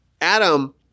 Adam